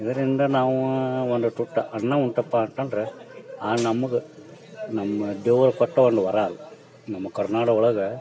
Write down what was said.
ಇದರಿಂದ ನಾವು ಒಂದು ತುತ್ತು ಅನ್ನ ಉಂಡ್ತಪ್ಪ ಅಂತಂದರೆ ಆ ನಮಗೆ ನಮ್ಮ ದೇವರು ಕೊಟ್ಟ ಒಂದು ವರ ಅದು ನಮ್ಮ ಕನ್ನಾಡ ಒಳಗೆ